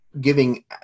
giving